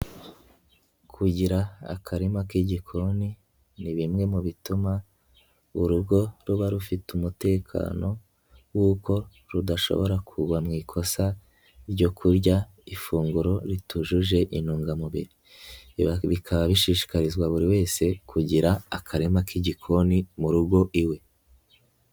Kugira akarima k'igikokoni ni bimwe mu bituma urugo ruba rufite umutekano w'uko rudashobora kuba mu ikosa ryo kurya ifunguro ritujuje intungamubiri, bikaba bishishikarizwa buri wese kugira akarima k'igikoni mu rugo iwe.